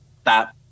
Stop